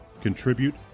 Contribute